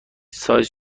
سایز